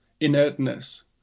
inertness